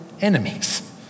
enemies